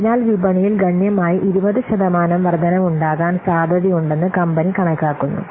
അതിനാൽ വിപണിയിൽ ഗണ്യമായി 20 ശതമാനം വർദ്ധനവുണ്ടാകാൻ സാധ്യതയുണ്ടെന്ന് കമ്പനി കണക്കാക്കുന്നു